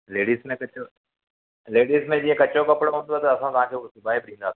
ladies में कचो ladies में जीअं कचो कपिड़ो हूंदो त असां तव्हांखे हू सिॿाइ बि ॾींदासीं हीअ